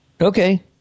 Okay